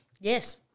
Yes